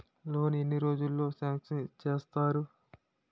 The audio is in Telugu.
లోన్ ఎన్ని రోజుల్లో సాంక్షన్ చేస్తారు?